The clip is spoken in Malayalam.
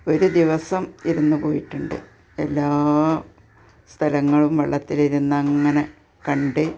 ഒരു ദിവസം ഇരുന്നു പോയിട്ടുണ്ട് എല്ലാ സ്ഥലങ്ങളും വള്ളത്തിലിരുന്ന് അങ്ങനെ കണ്ട്